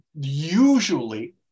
usually